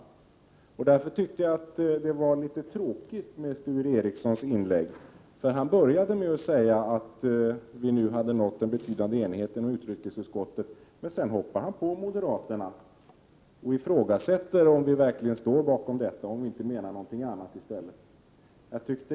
Därför tyckte jag det var litet tråkigt att höra Sture Ericsons inlägg. Han började med att säga att vi nu har nått en betydande enighet inom utrikesutskottet, men sedan hoppade han på moderaterna och ifrågasatte om vi verkligen står bakom detta och inte menar någonting annat i stället.